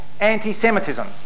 anti-semitism